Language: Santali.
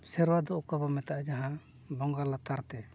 ᱥᱮᱨᱣᱟ ᱫᱚ ᱚᱠᱟ ᱵᱚᱱ ᱢᱮᱛᱟᱜᱼᱟ ᱡᱟᱦᱟᱸ ᱵᱚᱸᱜᱟ ᱞᱟᱛᱟᱨ ᱛᱮ